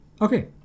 Okay